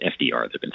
FDR